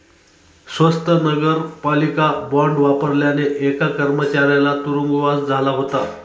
स्वत नगरपालिका बॉंड वापरल्याने एका कर्मचाऱ्याला तुरुंगवास झाला होता